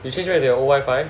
you change back to your old wifi